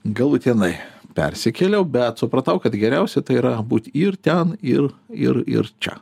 galutinai persikėliau bet supratau kad geriausia tai yra būt ir ten ir ir ir čia